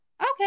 Okay